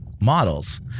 models